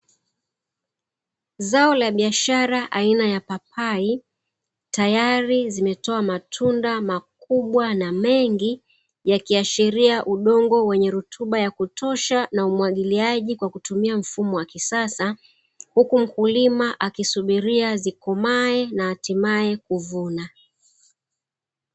Zao la biashara aina ya papai tayari zimetoa matunda makubwa na mengi yakiashiria udongo wenye rutuba yakutosha na umwagiliaji kwa kutumia mfumo wa kisasa huku mkulima akisubiria zikomae na hatimae kuvuna.